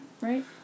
Right